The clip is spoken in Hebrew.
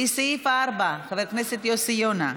לסעיף 4, חבר הכנסת יוסי יונה,